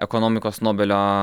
ekonomikos nobelio